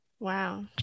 Wow